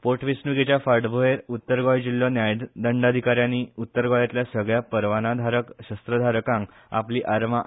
पोट वेंचणूकेंच्या फाटभूंयेर उत्तर गोंय जिल्हो न्यायदंडाधिका यान उत्तर गोंयातल्या सगळया परवानाधारक शस्त्रधारकांक आपली आर्मां ता